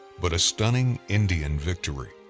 but a stunning indian victory,